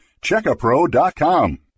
Checkapro.com